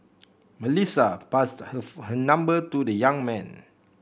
Melissa passed her number to the young man